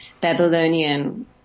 Babylonian